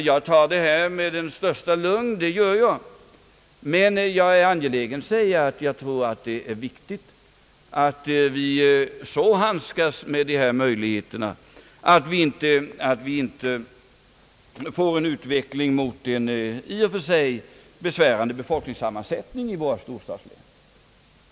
Jag tar detta med största lugn, men jag är angelägen att säga att jag tror det är viktigt att så handskas med dessa möjligheter, att vi inte får en utveckling mot en i och för sig besvärande befolkningssammansättning i våra storstadslän.